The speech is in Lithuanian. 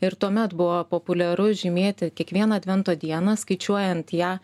ir tuomet buvo populiaru žymėti kiekvieną advento dieną skaičiuojant ją